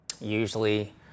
Usually